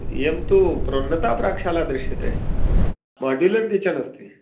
इयं तु प्रोन्नता पाकशाला दृश्यते माड्युलर् किचन् अस्ति